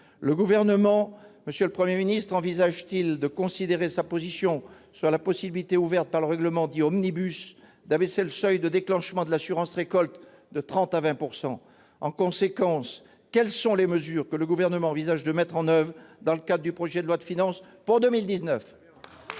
complémentaire. Monsieur le Premier ministre, le Gouvernement envisage-t-il de reconsidérer sa position sur la possibilité ouverte par le règlement dit « omnibus » d'abaisser le seuil de déclenchement de l'assurance récolte de 30 % à 20 %? En conséquence, quelles sont les mesures que le Gouvernement envisage de mettre en oeuvre dans le cadre du projet de loi de finances pour 2019 ?